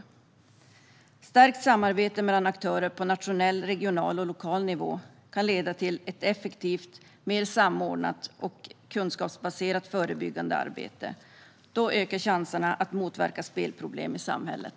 Ett stärkt samarbete mellan aktörer på nationell, regional och lokal nivå kan leda till ett effektivt och mer samordnat och kunskapsbaserat förebyggande arbete. Då ökar chanserna att motverka spelproblem i samhället.